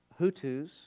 Hutus